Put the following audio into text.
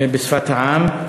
בשפת העם,